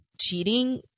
cheating